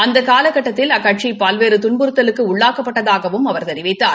அந்த காலக்கட்டத்தில் அக்கட்சி பல்வேறு துன்புறுத்தலுக்கு உள்ளாக்கப்பட்டதாகவும் அவர் தெரிவித்தார்